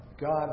God